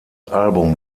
album